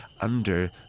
Under